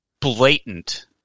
blatant